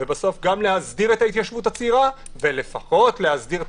ובסוף גם להסדיר את ההתיישבות הצעירה ולפחות להסדיר את